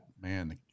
man